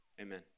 amen